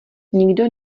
nikdo